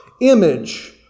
image